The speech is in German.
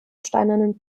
steinernen